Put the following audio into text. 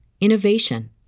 innovation